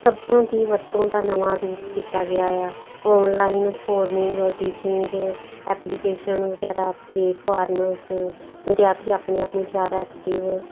ਸਬਕਾ ਦੀ ਵਰਤੋਂ ਦਾ ਨਵਾਂ ਰੂਪ ਕੀਤਾ ਗਿਆ ਓਨਲਾਈਨ ਫੋਰਮਿੰਗ ਟੀਚਿੰਗ ਐਪਲੀਕੇਸ਼ਨ ਵਗੈਰਾ ਪਲੇਟਫਾਰਮਸ ਵਿਦਿਆਰਥੀ ਆਪਣੇ ਆਪ ਨੂੰ ਜ਼ਿਆਦਾ ਐਕਟਿਵ